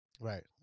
Right